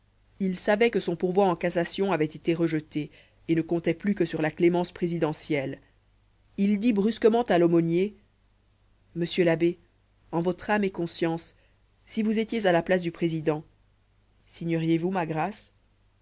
il savait que son pourvoi en cassation avait été rejeté et ne comptait plus que sur la clémence présidentielle il dit brusquement à l'aumônier monsieur l'abbé en votre âme et conscience si vous étiez à la place du président signeriez vous ma grâce